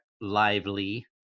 lively